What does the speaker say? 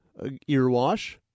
Earwash